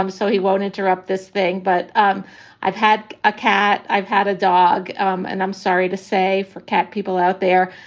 so he won't interrupt this thing. but um i've had a cat. i've had a dog. um and i'm sorry to say, for cat people out there,